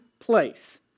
place